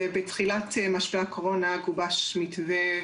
בתחילת משבר הקורונה גובש מתווה,